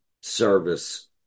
service